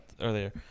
earlier